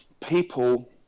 people